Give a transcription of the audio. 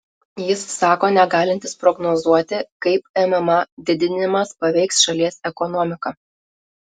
jis sako negalintis prognozuoti kaip mma didinimas paveiks šalies ekonomiką